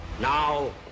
now